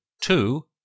two